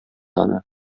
аны